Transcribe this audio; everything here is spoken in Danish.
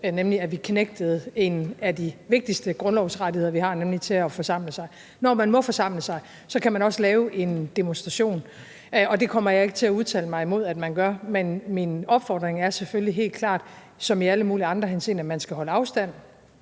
havde knægtet en af de vigtigste grundlovsrettigheder, vi har, nemlig at forsamle sig. Når man må forsamle sig, kan man også lave en demonstration, og det kommer jeg ikke til at udtale mig imod at man gør. Men min opfordring er selvfølgelig helt klart, som i alle mulige andre henseender, at man skal holde afstand,